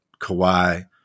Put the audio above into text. Kawhi